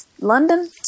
London